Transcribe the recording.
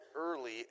early